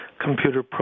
computer